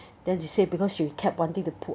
then she say because she kept wanting to pull